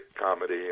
comedy